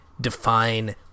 define